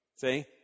See